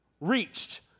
reached